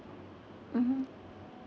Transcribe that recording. mmhmm